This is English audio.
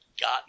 got